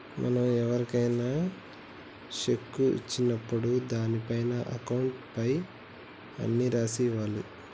మనం ఎవరికైనా శెక్కు ఇచ్చినప్పుడు దానిపైన అకౌంట్ పేయీ అని రాసి ఇవ్వాలి